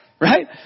right